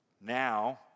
Now